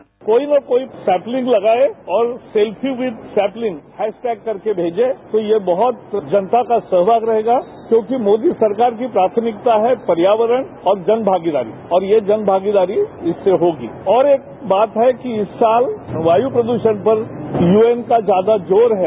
bite Prakash Javadekar कोई ने कोई सैप्लिंग लगाए और selfie with sapling hash tag करके भेजे तो ये बहत जनता का सहयोग रहेगा क्योंकि मोदी सरकार की प्राथमिकता है पर्यावरण और जनमागीदारी और ये जनभागीदारी इससे होगी और एक बात है कि इस साल वायु प्रद्वण पर यूएन का ज्यादा जोर है